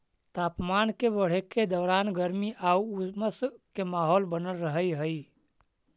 तापमान के बढ़े के दौरान गर्मी आउ उमस के माहौल बनल रहऽ हइ